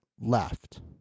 left